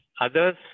others